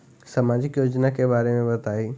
सामाजिक योजना के बारे में बताईं?